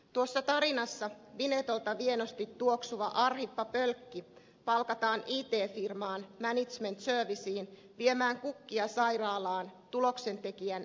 tuossa tarinassa vinetolta vienosti tuoksuva arhippa pölkki palkataan it firmaan management serviceen viemään kukkia sairaalaan tuloksentekijän äidille